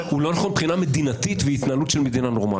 הוא לא נכון מבחינה מדינתית והתנהלות של מדינה נורמלית.